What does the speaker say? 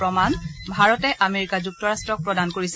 প্ৰমাণ ভাৰতে আমেৰিকা যুক্তৰাষ্ট্ৰক প্ৰদান কৰিছে